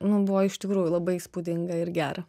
nu buvo iš tikrųjų labai įspūdinga ir gera